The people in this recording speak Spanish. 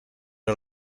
los